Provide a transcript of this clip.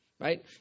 right